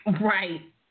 Right